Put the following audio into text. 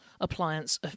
appliance